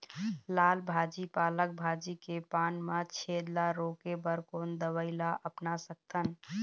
लाल भाजी पालक भाजी के पान मा छेद ला रोके बर कोन दवई ला अपना सकथन?